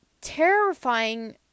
terrifying